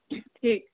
जी ठीकु